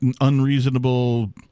unreasonable